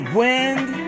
wind